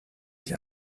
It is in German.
ich